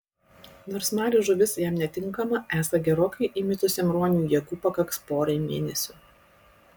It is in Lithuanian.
nors marių žuvis jam netinkama esą gerokai įmitusiam ruoniui jėgų pakaks porai mėnesių